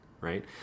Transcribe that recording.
right